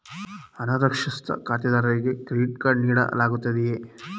ಅನಕ್ಷರಸ್ಥ ಖಾತೆದಾರರಿಗೆ credit card ನೀಡಲಾಗುತ್ತದೆಯೇ?